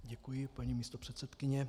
Děkuji, paní místopředsedkyně.